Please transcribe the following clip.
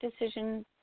decision